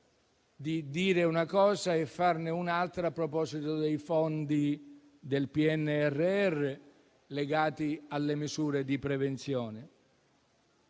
di dire una cosa e farne un'altra a proposito dei fondi del PNRR legati alle misure di prevenzione.